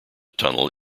tunnel